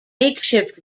makeshift